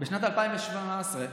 בשנת 2017,